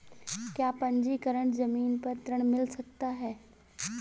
क्या पंजीकरण ज़मीन पर ऋण मिल सकता है?